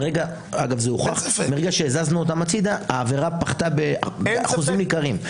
ברגע שהזזנו אותם הצידה העבירה פחתה באחוזים ניכרים.